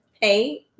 hey